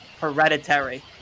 Hereditary